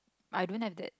I don't have that